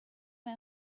may